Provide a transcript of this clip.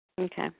Okay